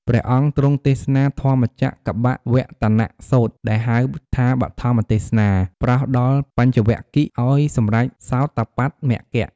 ព្រះអង្គទ្រង់ទេសនាធម្មចក្រកប្បវត្តនសូត្រ ដែលហៅថាបឋមទេសនា ប្រោសដល់បញ្ចវគិ្គយ៍ឲ្យបានសម្រេចសោតាបត្តមគ្គ។